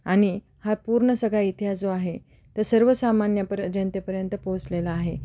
आणि हा पूर्ण सगळा इतिहास जो आहे त सर्वसामान्यपर जनतेपर्यंत पोहोचलेला आहे